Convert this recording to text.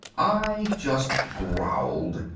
i just growled,